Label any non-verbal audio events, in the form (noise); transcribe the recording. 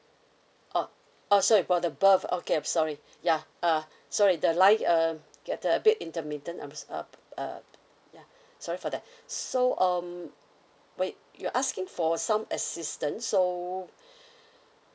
oh oh sorry bout the birth okay I'm sorry ya uh sorry the line uh get a bit intermittent I'm so~ uh uh ya sorry for that (breath) so um wait you asking for some assistance so (breath)